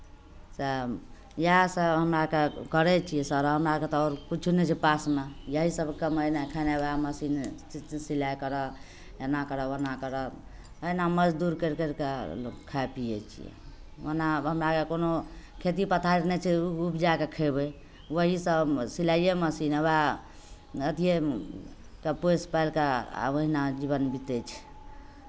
तऽ इएह सभ हमरा आरके करै छियै सर हमरा आरकेँ तऽ आओर किछो नहि छै पासमे यही सभ कमयनाइ खयनाइ इएह मशीनेसँ सिलाइ करह एना करह ओना करह एहिना मजदूर करि करि कऽ खाइ पियै छियै ओना हमरा आरकेँ कोनो खेती पथारी नहि छै उप उपजा कऽ खयबै वही सभ सिलाइए मशीन उएह अथिए सभ पोसि पालि कऽ आ ओहिना जीवन बीतै छै